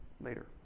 later